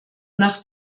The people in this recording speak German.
nach